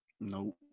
Nope